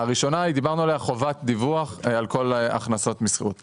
הראשונה היא חובת הדיווח על כל הכנסות משכירות;